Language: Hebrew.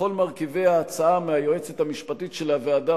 לכל מרכיבי ההצעה מהיועצת המשפטית של הוועדה,